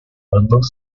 although